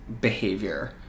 behavior